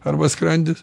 arba skrandis